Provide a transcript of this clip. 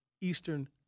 Eastern